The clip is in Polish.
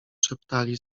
szeptali